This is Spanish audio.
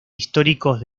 históricos